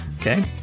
okay